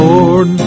Lord